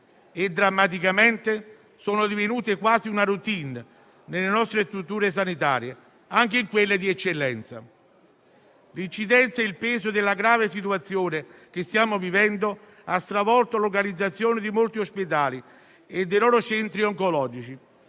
e drammaticamente sono divenute quasi una *routine* nelle nostre strutture sanitarie (anche in quelle di eccellenza). L'incidenza e il peso della grave situazione che stiamo vivendo hanno stravolto l'organizzazione di molti ospedali e dei loro centri oncologici,